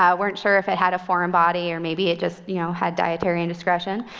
ah weren't sure if it had a foreign body or maybe it just you know had dietary indiscretion.